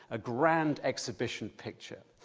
a grand exhibition picture.